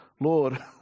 Lord